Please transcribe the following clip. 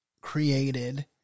created